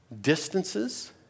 distances